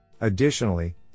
Additionally